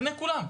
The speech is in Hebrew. לעיני כולם.